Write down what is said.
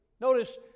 Notice